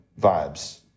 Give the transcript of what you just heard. vibes